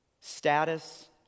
Status